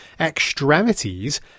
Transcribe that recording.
extremities